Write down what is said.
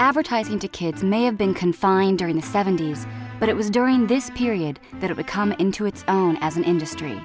advertising to kids may have been confined during the seventy's but it was during this period that it become into its own as an industry